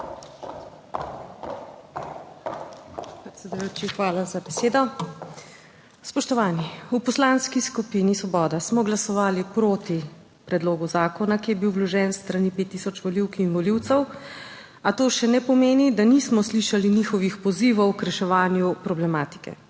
hvala za besedo. Spoštovani! V Poslanski skupini Svoboda smo glasovali proti predlogu zakona, ki je bil vložen s strani 5 tisoč volivk in volivcev, a to še ne pomeni, da nismo slišali njihovih pozivov k reševanju problematike.